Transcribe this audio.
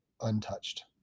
untouched